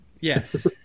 Yes